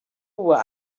were